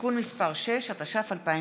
(תיקון מס' 6), התש"ף 2020,